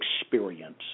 experience